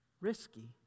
risky